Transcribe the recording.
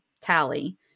tally